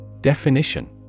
Definition